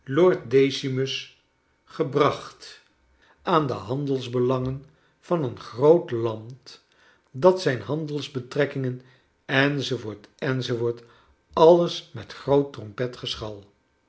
lord decimus gebracht aan de handelsbela ngen van een groot land dat zijn handelsbetrekkingen enz enz alles met groot